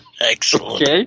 Excellent